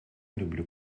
люблю